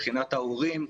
מבחינת ההורים,